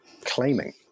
claiming